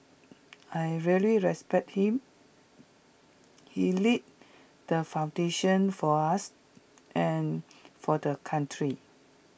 I really respect him he laid the foundation for us and for the country